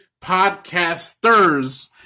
podcasters